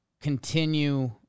continue